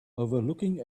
overlooking